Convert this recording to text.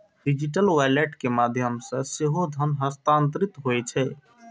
digital wallet के माध्यम सं सेहो धन हस्तांतरित होइ छै